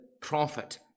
prophet